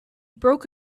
broke